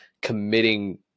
committing